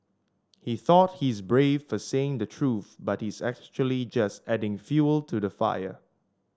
he thought he's brave for saying the truth but he's actually just adding fuel to the fire